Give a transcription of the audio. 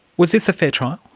was this a fair trial?